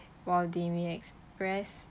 while they may express